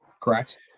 correct